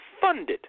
funded